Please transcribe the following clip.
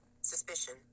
suspicion